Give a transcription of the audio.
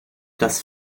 das